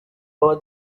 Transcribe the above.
over